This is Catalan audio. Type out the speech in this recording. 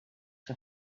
que